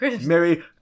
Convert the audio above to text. merry